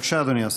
בבקשה, אדוני השר.